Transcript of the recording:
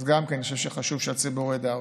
אז אני חושב שחשוב שהציבור ידע אותה.